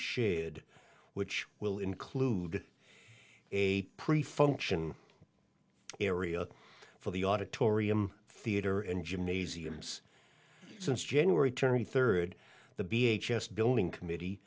shared which will include a pre function area for the auditorium theater and gymnasiums since january turney third the b h s building committee